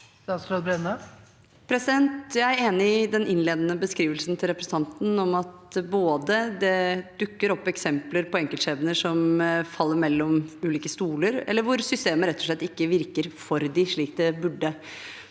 Jeg er enig i den innledende beskrivelsen til representanten om at det dukker opp eksempler på enkeltskjebner som faller mellom ulike stoler, eller hvor systemet rett og slett ikke virker for dem, slik det burde.